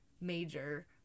major